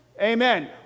amen